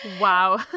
Wow